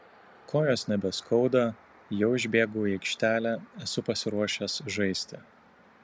kojos nebeskauda jau išbėgau į aikštelę esu pasiruošęs žaisti